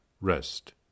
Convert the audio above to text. rest